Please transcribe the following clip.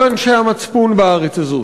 כל אנשי המצפון בארץ הזאת,